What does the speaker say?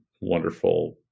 wonderful